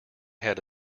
had